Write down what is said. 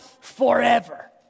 forever